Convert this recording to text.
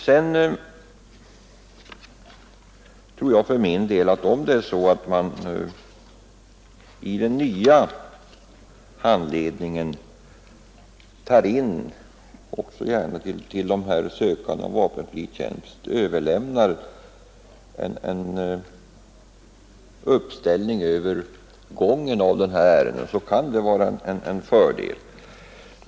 Sedan tror jag för min del att det kan vara en fördel om man i den nya handledningen tar in — och även överlämnar till dem som söker vapenfri tjänst — en uppställning över gången av dessa ärenden.